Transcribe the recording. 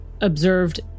observed